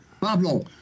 Pablo